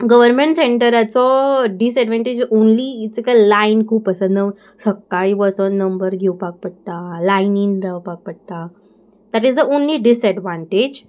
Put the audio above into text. government सेंटराचो disadvantage only इतकां line खूब आसा न सकाळी वचोन नंबर घेवपाक पडटा लायनीन रावपाक पडटा that is the only disadvantage